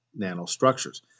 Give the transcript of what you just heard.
nanostructures